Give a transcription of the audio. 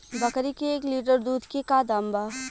बकरी के एक लीटर दूध के का दाम बा?